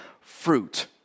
fruit